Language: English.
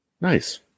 Nice